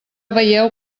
veieu